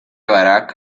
barack